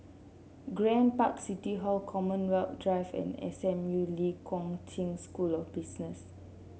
Grand Park City Hall Commonwealth Drive and S M U Lee Kong Chian School of Business